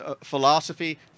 philosophy